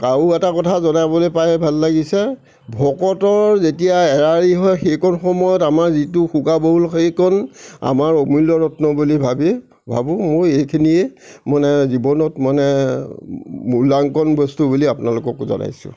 আৰু এটা কথা জনাবলৈ পাই ভাল লাগিছে ভকতৰ যেতিয়া এৰা এৰি হয় সেইকণ সময়ত আমাৰ যিটো শোকাবহুল সেইকণ আমাৰ অমূল্য ৰত্ন বুলি ভাবি ভাবোঁ মোৰ এইখিনিয়ে মানে জীৱনত মানে মূল্যাংকন বস্তু বুলি আপোনালোককো জনাইছোঁ